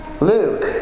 Luke